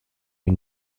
can